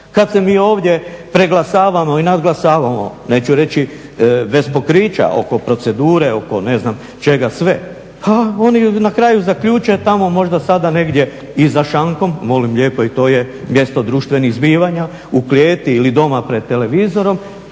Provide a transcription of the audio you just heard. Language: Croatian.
kad se mi ovdje preglasavamo i nadglasavamo. Neću reći bez pokrića oko procedure, oko ne znam čega sve. A oni na kraju zaključe tamo možda sada negdje i za šankom, molim lijepo i to je mjesto društvenih zbivanja, u klijeti ili doma pred televizorom,